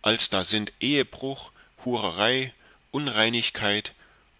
als da sind ehebruch hurerei unreinigkeit